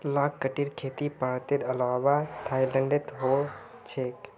लाख कीटेर खेती भारतेर अलावा थाईलैंडतो ह छेक